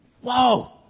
Whoa